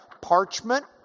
parchment